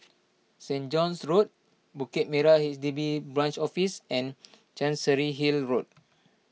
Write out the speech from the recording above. Saint John's Road Bukit Merah H D B Branch Office and Chancery Hill Road